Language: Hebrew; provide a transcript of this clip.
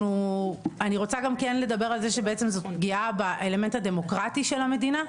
אני רוצה גם כן לדבר על זה שבעצם זאת פגיעה באלמנט הדמוקרטי של המדינה,